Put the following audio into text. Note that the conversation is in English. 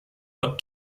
but